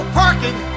parking